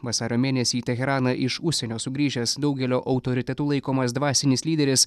vasario mėnesį teheraną iš užsienio sugrįžęs daugelio autoritetu laikomas dvasinis lyderis